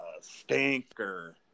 stinker